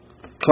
claim